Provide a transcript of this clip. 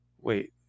Wait